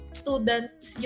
students